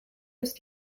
ist